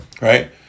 Right